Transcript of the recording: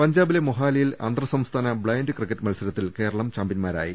പഞ്ചാബിലെ മൊഹാലിയിൽ അന്തർ സംസ്ഥാന് ബ്ലൈൻഡ് ക്രിക്കറ്റ് മത്സരത്തിൽ കേരളം ചാമ്പ്യൻമാരായി